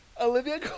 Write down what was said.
Olivia